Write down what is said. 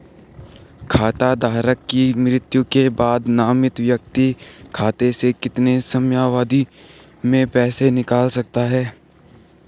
खाता धारक की मृत्यु के बाद नामित व्यक्ति खाते से कितने समयावधि में पैसे निकाल सकता है?